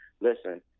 listen